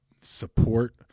support